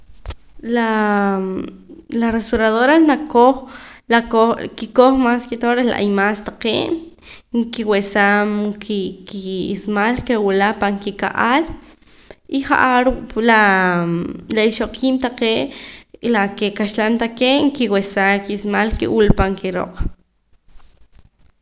Laa la rasuradoras nakoj lakoj kikoj mas ke todo reh la imaas taqee' nkiwehsaam ki ismaal ke wula pan kika'al y ja'ar laa la ixoqiib' taqee' la ke kaxlan taqee' nkiwehsaa ki ismaal ke wila pan ki rooq